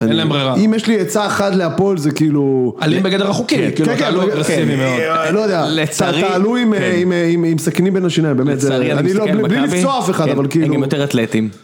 אין להם ברירה. אם יש לי עצה אחת להפועל זה כאילו... אלים בגדר החוקי. כן, כן, כן. תעלו אגרסיבי מאוד. לא יודע. לצערי. תעלו עם אה.. עם סכינים בין השניים. באמת. לצערי אני מסתכל על מכבי. אני לא... בלי לפצוע אף אחד, אבל כאילו... הם יותר אתלטים.